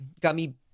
gummy